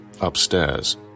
upstairs